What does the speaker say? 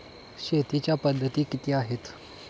शेतीच्या पद्धती किती आहेत?